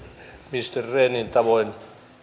ministeri rehnin tavoin